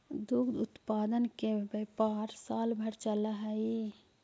दुग्ध उत्पादन के व्यापार साल भर चलऽ हई